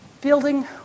building